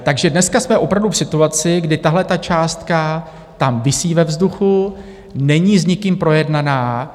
Takže dneska jsme opravdu v situaci, kdy tahle částka tam visí ve vzduchu, není s nikým projednána.